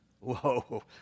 Whoa